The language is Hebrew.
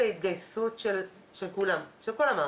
אתם רואים את ההתגייסות של כולם, של כל המערכת,